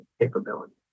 capability